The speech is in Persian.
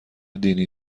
دینی